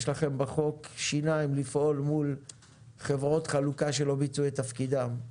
יש לכם בחוק שיניים לפעול מול חברות חלוקה שלא ביצעו את תפקידן.